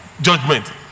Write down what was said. judgment